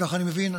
ככה אני מבין,